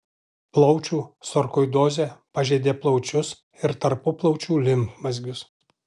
plaučių sarkoidozė pažeidė plaučius ir tarpuplaučių limfmazgius